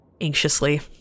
anxiously